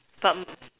but